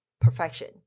perfection